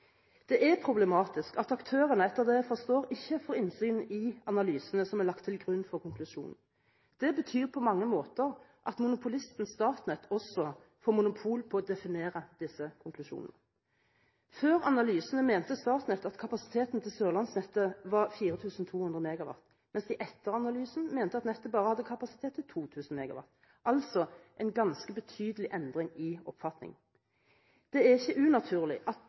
Det er problematisk at aktørene, etter det jeg forstår, ikke får innsyn i analysene som er lagt til grunn for konklusjonen. Det betyr på mange måter at monopolisten Statnett også får monopol på å definere disse konklusjonene. Før analysene mente Statnett at kapasiteten til Sørlandsnettet var 4 200 MW, mens de etter analysene mente at nettet bare hadde kapasitet til 2 000 MW, altså en ganske betydelig endring i oppfatning. Det er ikke unaturlig at